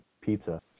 pizza